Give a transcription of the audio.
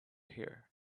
hear